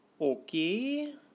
Okay